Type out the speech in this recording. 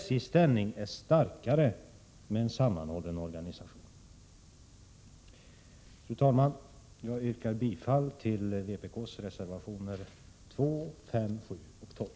SJ:s ställning är starkare med en sammanhållen organisation. Fru talman! Jag yrkar bifall till vpk:s reservationer 2, 5, 7 och 12.